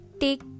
Take